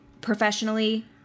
professionally